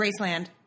Graceland